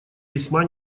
весьма